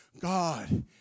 God